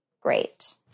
Great